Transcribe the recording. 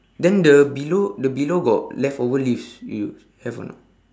then the below the below got left over leaves you have or not